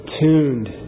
tuned